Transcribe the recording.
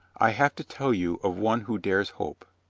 i have to tell you of one who dares hope,